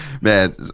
man